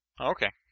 Okay